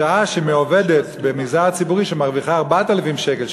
בשעה שמעובדת במגזר הציבורי שמרוויחה 4,000 שקל,